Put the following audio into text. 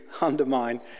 undermine